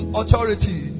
authority